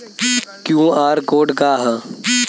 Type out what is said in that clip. QR code का ह?